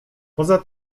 poza